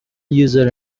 user